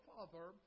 Father